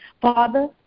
Father